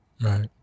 right